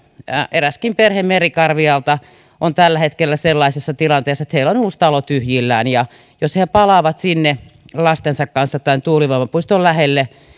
eräskin perhe merikarvialta on tällä hetkellä sellaisessa tilanteessa että heillä on uusi talo tyhjillään ja jos he he palaavat sinne lastensa kanssa tämän tuulivoimapuiston lähelle